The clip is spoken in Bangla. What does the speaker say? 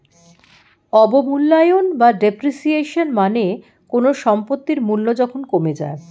অবমূল্যায়ন বা ডেপ্রিসিয়েশন মানে কোনো সম্পত্তির মূল্য যখন কমে যায়